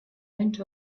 went